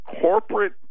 Corporate